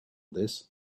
this